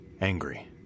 Angry